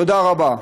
תודה רבה.